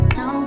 no